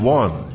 one